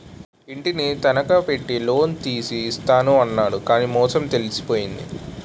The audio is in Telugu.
ఇంటిని తనఖా పెట్టి లోన్ తీసి ఇస్తాను అన్నాడు కానీ మోసం తెలిసిపోయింది